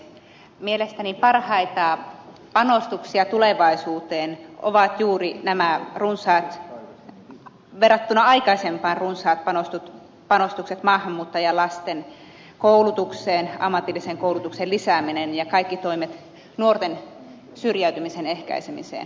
mielestäni parhaita panostuksia tulevaisuuteen ovat juuri nämä aikaisempiin verrattuna runsaat panostukset maahanmuuttajalasten koulutukseen ammatillisen koulutuksen lisääminen ja kaikki toimet nuorten syrjäytymisen ehkäisemiseen